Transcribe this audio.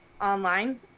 online